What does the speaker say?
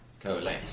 coalesce